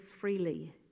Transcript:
freely